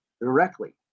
directly